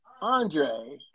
Andre